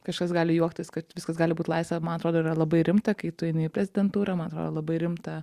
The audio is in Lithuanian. kažkas gali juoktis kad viskas gali būti laisva man atrodo yra labai rimta kai tu eini į prezidentūrą man atrodo labai rimta